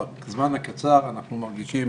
בזמן הקצר אנחנו מרגישים